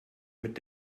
mit